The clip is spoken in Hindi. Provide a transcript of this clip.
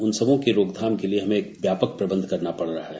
उन सबकों की रोकथाम के लिये व्यापक प्रबंध करना पड़ रहा है